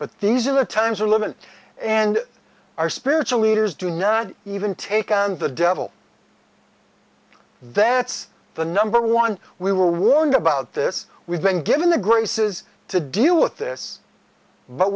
but these are the times we live in and our spiritual leaders do not even take on the devil that's the number one we were warned about this we've been given the graces to deal with this but